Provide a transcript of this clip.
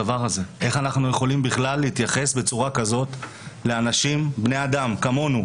איך אנחנו יכולים להתייחס בצורה כזאת לבני אדם כמונו